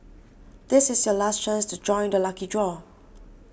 this is your last chance to join the lucky draw